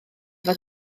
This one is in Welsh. fod